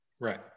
Right